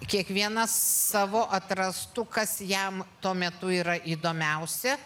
kiekvienas savo atrastų kas jam tuo metu yra įdomiausia